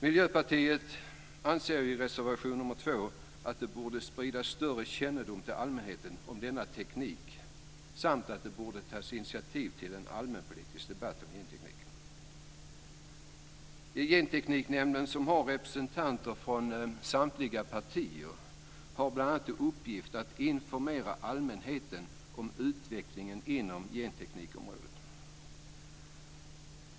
Miljöpartiet anser i reservation nr 2 att det borde spridas större kännedom till allmänheten om denna teknik samt att det borde tas initiativ till en allmänpolitisk debatt om gentekniken. Gentekniknämnden, som har representanter från samtliga partier har bl.a. till uppgift att informera allmänheten om utvecklingen inom genteknikområdet.